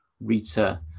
Rita